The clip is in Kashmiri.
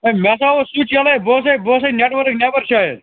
ہَے مےٚ ہسا اوس سُچ یَلَے بہٕ اوسَے بہٕ اوسَے نیٹ ؤرٕک نٮ۪بَر شایَد